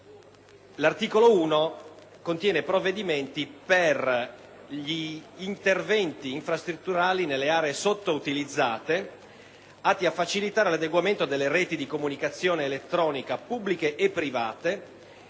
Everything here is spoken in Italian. l'articolo 1 contiene provvedimenti per gli interventi infrastrutturali nelle aree sottoutilizzate atti a facilitare l'adeguamento delle reti di comunicazione elettronica pubbliche e private